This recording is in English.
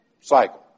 cycle